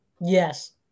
Yes